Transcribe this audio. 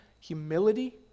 humility